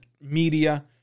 media